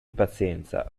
pazienza